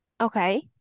Okay